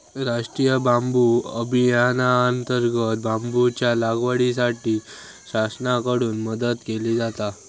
राष्टीय बांबू अभियानांतर्गत बांबूच्या लागवडीसाठी शासनाकडून मदत केली जाता